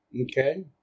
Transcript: okay